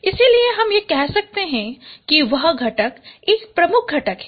इसलिए हम यह कहते हैं कि वह घटक एक प्रमुख घटक है